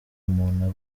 umuntu